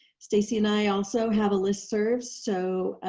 stacy and i also have a listserv so